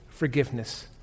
Forgiveness